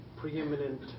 preeminent